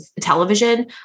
television